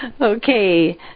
Okay